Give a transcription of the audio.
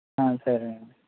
ఆ సరేనండి